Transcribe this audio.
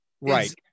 right